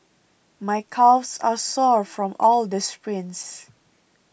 my calves are sore from all the sprints